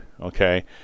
Okay